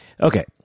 Okay